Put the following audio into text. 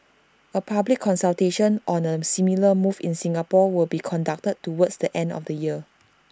A public consultation on A similar move in Singapore will be conducted towards the end of the year